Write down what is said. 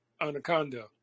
Anaconda